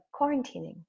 quarantining